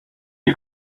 you